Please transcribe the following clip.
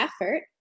effort